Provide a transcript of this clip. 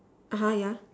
(uh huh) yeah